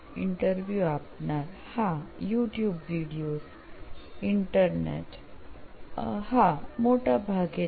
interview આપનાર હા YouTube videos internet હા મોટે ભાગે તે